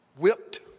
Whipped